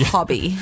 Hobby